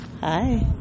hi